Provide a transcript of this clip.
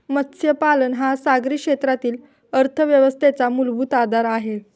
मत्स्यपालन हा सागरी क्षेत्रातील अर्थव्यवस्थेचा मूलभूत आधार आहे